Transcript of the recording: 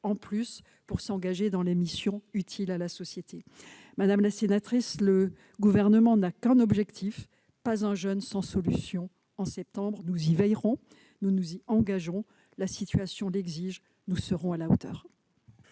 jeunes de s'engager dans des missions utiles à la société. Madame la sénatrice, le Gouvernement n'a qu'un objectif : pas un jeune sans solution en septembre ! Nous y veillerons, nous nous y engageons. La situation l'exige et nous serons à la hauteur.